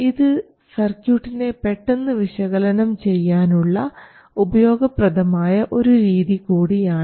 ഇത് സർക്യൂട്ട്സിനെ പെട്ടെന്ന് വിശകലനം ചെയ്യാനുള്ള ഉപയോഗപ്രദമായ ഒരു രീതി കൂടിയാണ്